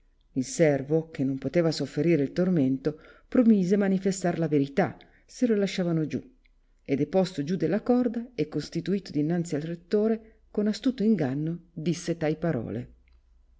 il servo che non poteva sofferire il tormento promise manifestar la verità se lo lasciavano giù e deposto giù della corda e constituito dinanzi al rettore con astuto inganno disse tai parole